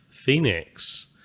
phoenix